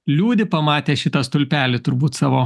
liūdi pamatę šitą stulpelį turbūt savo